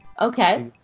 okay